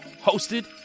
hosted